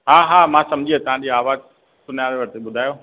हा हा मां सम्झी वियुसि तव्हांजी आवाज़ु सुञाणे वरती ॿुधायो